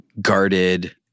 guarded